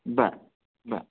बरं बरं